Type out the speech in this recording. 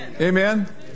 Amen